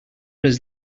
does